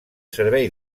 servei